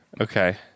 okay